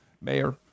mayor